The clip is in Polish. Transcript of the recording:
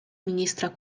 ministra